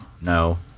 no